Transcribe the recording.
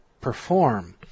perform